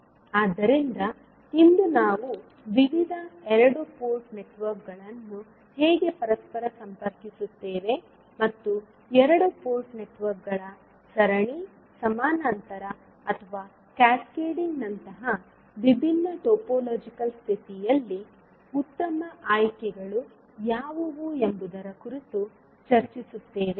ಆದ್ದರಿಂದ ಇಂದು ನಾವು ವಿವಿಧ ಎರಡು ಪೋರ್ಟ್ ನೆಟ್ವರ್ಕ್ಗಳನ್ನು ಹೇಗೆ ಪರಸ್ಪರ ಸಂಪರ್ಕಿಸುತ್ತೇವೆ ಮತ್ತು ಎರಡು ಪೋರ್ಟ್ ನೆಟ್ವರ್ಕ್ಗಳ ಸರಣಿ ಸಮಾನಾಂತರ ಅಥವಾ ಕ್ಯಾಸ್ಕೇಡಿಂಗ್ನಂತಹ ವಿಭಿನ್ನ ಟೋಪೋಲಜಿಕಲ್ ಸ್ಥಿತಿಯಲ್ಲಿ ಉತ್ತಮ ಆಯ್ಕೆಗಳು ಯಾವುವು ಎಂಬುದರ ಕುರಿತು ಚರ್ಚಿಸುತ್ತೇವೆ